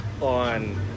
on